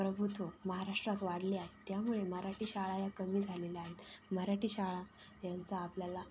प्रभुत्व महाराष्ट्रात वाढले आहे त्यामुळे मराठी शाळा ह्या कमी झालेल्या आहेत मराठी शाळा यांचा आपल्याला